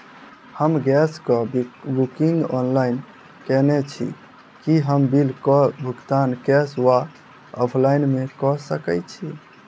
हम गैस कऽ booking online केने छी, की हम बिल कऽ भुगतान कैश वा ऑफलाइन मे कऽ सकय छी?